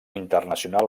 internacional